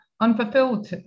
unfulfilled